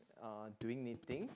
uh doing knitting